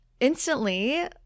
instantly